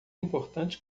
importantes